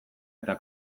eta